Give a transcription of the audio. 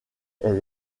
elle